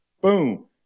Boom